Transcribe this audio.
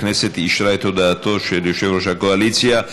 הכנסת אישרה את הודעתו של יושב-ראש הקואליציה.